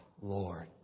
Lord